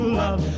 love